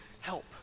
help